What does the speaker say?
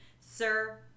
Sir